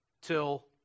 till